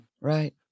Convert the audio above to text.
right